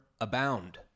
abound